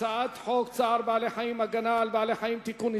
הצעת חוק צער בעלי-חיים (הגנה על בעלי-חיים) (תיקון,